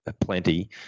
plenty